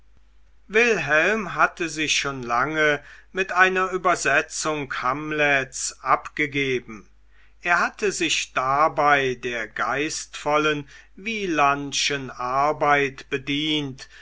wilhelm hatte sich schon lange mit einer übersetzung hamlets abgegeben er hatte sich dabei der geistvollen wielandschen arbeit bedient